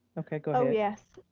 okay, go ahead. oh yes.